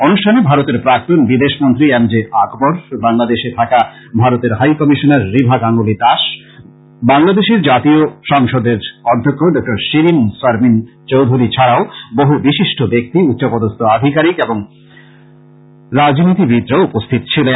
অনুষ্ঠানে ভারতের প্রাক্তন বিদেশ মন্ত্রী এম জে আকবর বাংলাদেশে থাকা ভারতের হাই কমিশনার রিভা গাঙ্গুলী দাস বাংলাদেশের জাতীয় সংসদের অধ্যক্ষ ডঃ শিরীন শারমিন চৌধুরী ছাড়াও বহু বিশিষ্ট ব্যক্তি উচ্চপদস্থ আধিকারিক এবং রাজনীইবিদরা উপস্থিত ছিলেন